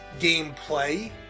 gameplay